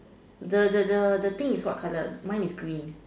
the the the the thing is what colour mine is green